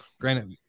granted